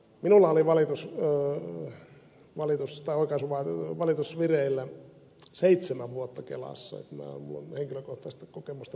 minulla oli valitus vireillä seitsemän vuotta kelassa että minulla on henkilökohtaista kokemusta pitkästä ajasta